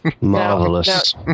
Marvelous